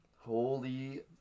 Holy